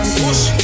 Push